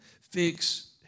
fix